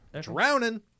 Drowning